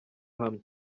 hamwe